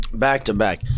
back-to-back